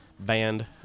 Band